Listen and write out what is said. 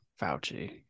Fauci